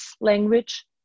language